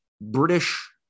British